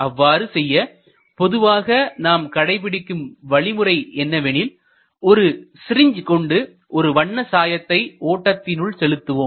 அவ்வாறு செய்ய பொதுவாக நாம் கடைபிடிக்கும் வழிமுறை என்னவெனில் ஒரு சிரிஞ்ச் கொண்டு ஒரு வண்ண சாயத்தை ஓட்டத்தினுள் செலுத்துவோம்